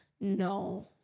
no